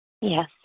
Yes